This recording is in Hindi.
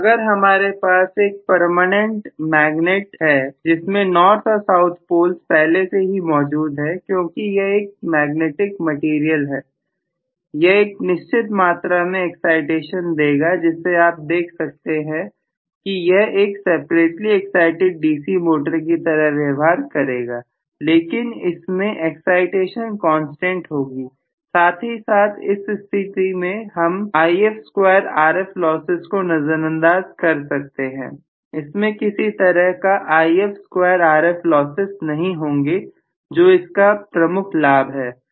अगर हमारे पास एक परमानेंट मैग्नेट है जिसमें नॉर्थ और साउथ पोल्स पहले से ही मौजूद है क्योंकि यह एक मैग्नेटिक मटेरियल हैयह एक निश्चित मात्रा में एक्साइटेशन देगा जिसे आप देख सकते हैं कि यह एक सेपरेटली एक्साइटिड डीसी मोटर की तरह व्यवहार करेगा लेकिन इसमें एक्साइटेशन कांस्टेंट होगी साथ ही साथ इस स्थिति में हम If स्क्वायर Rf लॉसेस को नजरअंदाज कर सकते हैं इसमें किसी तरह का If स्क्वायर Rf लॉसेस नहीं होंगे जो इसका प्रमुख लाभ है